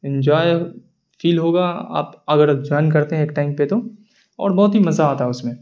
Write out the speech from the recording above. enjoy feel ہوگا آپ اگر جوائن کرتے ہیں ایک ٹائم پہ تو اور بہت ہی مزہ آتا ہے اس میں